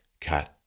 cut